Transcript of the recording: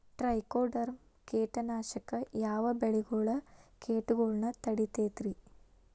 Trichoderma ಕೇಟನಾಶಕ ಯಾವ ಬೆಳಿಗೊಳ ಕೇಟಗೊಳ್ನ ತಡಿತೇತಿರಿ?